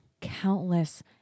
countless